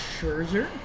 Scherzer